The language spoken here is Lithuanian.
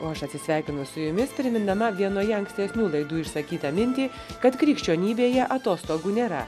o aš atsisveikinu su jumis primindama vienoje ankstesnių laidų išsakytą mintį kad krikščionybėje atostogų nėra